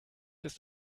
ist